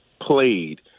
played –